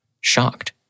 shocked